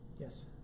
Yes